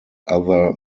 other